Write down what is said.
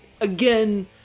again